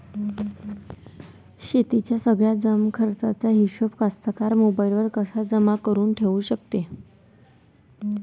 शेतीच्या सगळ्या जमाखर्चाचा हिशोब कास्तकार मोबाईलवर कसा जमा करुन ठेऊ शकते?